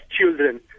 children